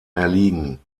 erliegen